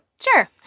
Sure